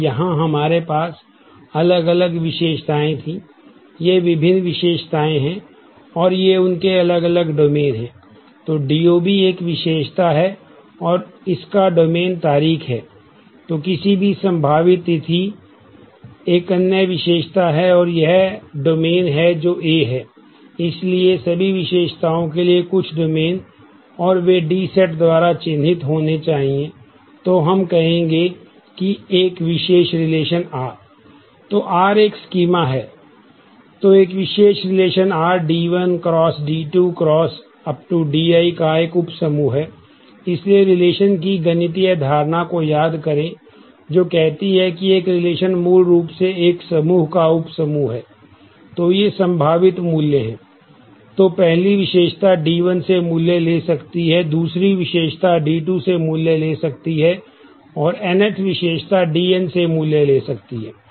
तो एक विशेष relation R D1 × D2 × Dl का उप समूह है